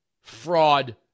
fraud